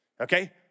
okay